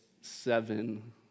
seven